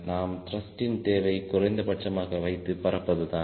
நாம் த்ருஷ்டின் தேவை குறைந்தபட்சமாக வைத்து பறப்பது தான்